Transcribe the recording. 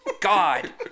God